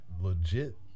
legit